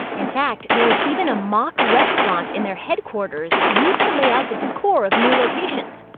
in fact, there is even a mock restaurant in their headquarters used to lay out the decor of new locations.